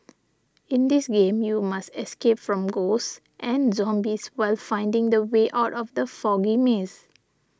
in this game you must escape from ghosts and zombies while finding the way out of the foggy maze